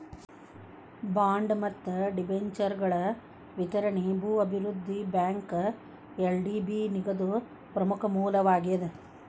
bond ಮತ್ತ ಡಿಬೆಂಚರ್ಗಳ ವಿತರಣಿ ಭೂ ಅಭಿವೃದ್ಧಿ ಬ್ಯಾಂಕ್ಗ ಎಲ್.ಡಿ.ಬಿ ನಿಧಿದು ಪ್ರಮುಖ ಮೂಲವಾಗೇದ